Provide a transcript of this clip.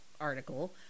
article